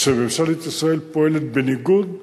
שבו ממשלת ישראל פועלת בניגוד,